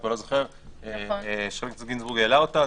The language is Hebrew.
איתן גינזבורג העלה אותה.